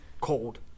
cold